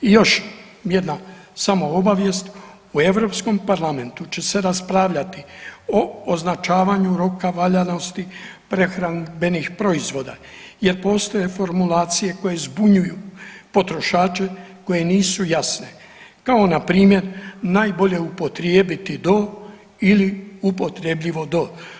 I još jedna samo obavijest u Europskom parlamentu će se raspravljati o označavanju roka valjanosti prehrambenih proizvoda, jer postoje formulacije koje zbunjuju potrošače koje nisu jasne kao na primjer najbolje upotrijebiti do ili upotrebljivo do.